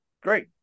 great